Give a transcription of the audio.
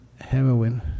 heroin